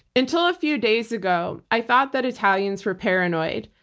until a few days ago, i thought that italians were paranoid.